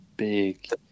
big